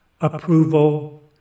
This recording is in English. approval